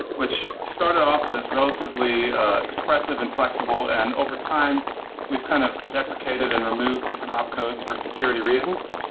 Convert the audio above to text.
which started off as relatively expressive and flexible and overtime we've kind of deprecated and removed different opt codes for security reasons.